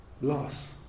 loss